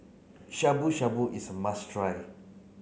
Shabu Shabu is must try